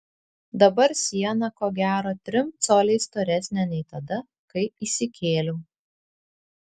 dabar siena ko gero trim coliais storesnė nei tada kai įsikėliau